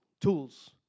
tools